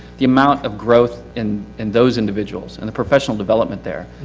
the amount of growth in and those individuals and the professional development there.